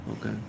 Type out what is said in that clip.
Okay